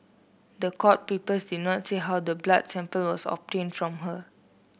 the court papers did not say how the blood sample was obtained from her